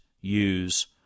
use